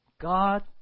God